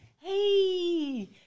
hey